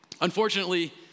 Unfortunately